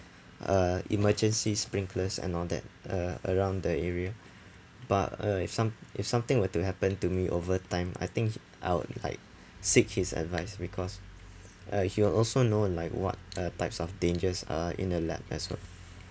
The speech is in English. uh emergency sprinklers and all that uh around the area but uh if some if something were to happen to me over time I think I would like seek his advice because uh he will also know like what uh types of dangers uh in a lab as well